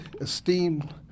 esteemed